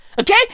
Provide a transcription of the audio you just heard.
Okay